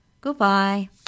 Goodbye